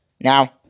Now